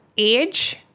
age